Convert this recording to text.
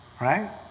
right